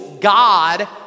God